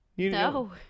No